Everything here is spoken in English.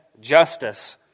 justice